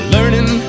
Learning